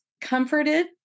comforted